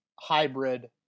hybrid